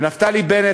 ונפתלי בנט,